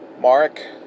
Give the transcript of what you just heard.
mark